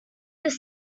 this